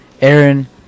Aaron